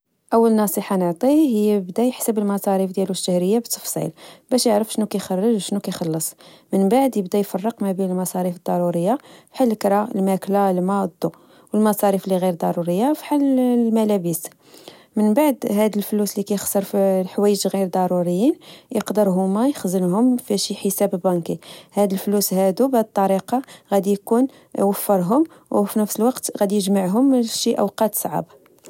أول نصي حة نعطيه هي يبدا يحسب المصاريف ديالو الشهرية بالتفصيل باش يعرف شنو كيخرج، وشنو كيخلص من بعد يبدا يفرق ما بين المصاريف الضرورية، بحال لكرة، الماكلة، الما، ضو، والمصاريف لغير ضرورية فحال الملابس، من بعد هاد الفلوس إللي كيخسر في الحوايج لغير ضروريين، يقدر هما يخزنهم في شي حساب بنكي ، هاد الفلوس هادو بهاد الطريقة غادي يكون وفرهم، وفي نفس الوقت غادي يجمعهم لشي أوقات صعب